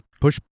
push